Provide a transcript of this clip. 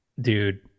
Dude